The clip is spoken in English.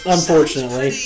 Unfortunately